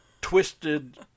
twisted